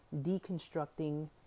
deconstructing